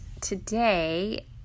Today